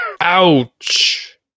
Ouch